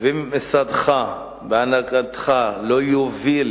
ואם משרדך בהנהגתך לא יוביל